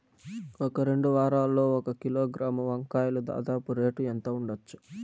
ఈ రెండు వారాల్లో ఒక కిలోగ్రాము వంకాయలు దాదాపు రేటు ఎంత ఉండచ్చు?